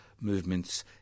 movements